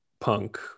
punk